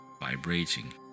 vibrating